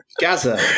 Gaza